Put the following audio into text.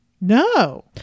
No